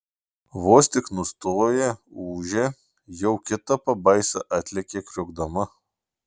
vos tik nustoja ūžę jau kita pabaisa atlekia kriokdama